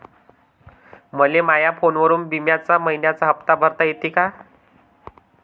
मले माया फोनवरून बिम्याचा मइन्याचा हप्ता भरता येते का?